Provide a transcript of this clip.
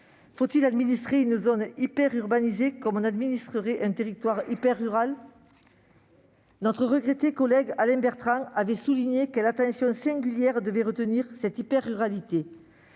Faut-il administrer une zone « hyper-urbanisée » comme on administrerait un territoire « hyper-rural »? Notre regretté collègue, Alain Bertrand, avait souligné l'attention singulière dont cette « hyper-ruralité »